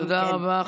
תודה רבה.